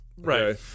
Right